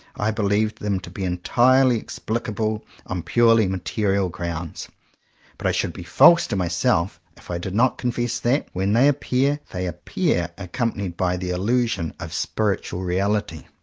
i believe them to be entirely explicable on purely material grounds but i should be false to myself if i did not confess that, when they appear, they appear accompanied by the illusion of spiritual reality.